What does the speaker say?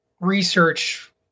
research